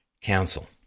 Council